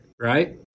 right